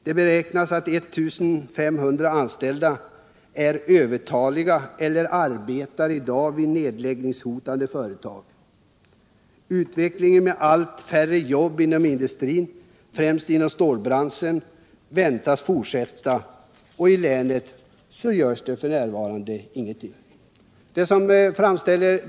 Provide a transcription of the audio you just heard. Det beräknas att 1 500 anställda är ”övertaliga” eller arbetar vid nedläggningshotade företag. Utvecklingen med allt färre jobb inom industrin — främst stålbranschen — väntas fortsätta i länet, och f. n. görs ingenting.